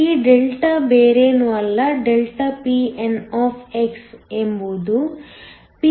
ಈ Δ ಬೇರೇನೂ ಅಲ್ಲ ΔPn ಎಂಬುದು Pn Pno